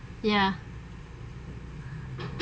ya